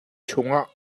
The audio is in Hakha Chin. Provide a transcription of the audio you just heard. chungah